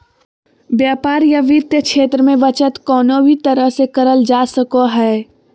व्यापार या वित्तीय क्षेत्र मे बचत कउनो भी तरह से करल जा सको हय